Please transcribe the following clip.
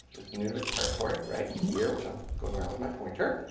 there's the nunavut territory right here which i'm going around with my pointer.